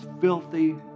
filthy